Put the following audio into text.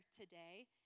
today